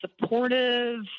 supportive